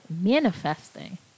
manifesting